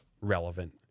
relevant